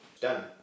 done